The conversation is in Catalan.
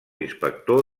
inspector